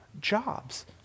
jobs